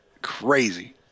crazy